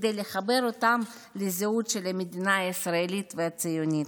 כדי לחבר אותם לזהות של המדינה הישראלית והציונית,